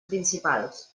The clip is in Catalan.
principals